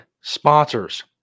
sponsors